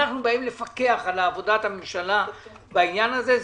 אנחנו באים לפקח על עבודת הממשלה בעניין הזה.